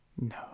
No